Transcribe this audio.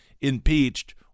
impeached